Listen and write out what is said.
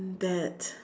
that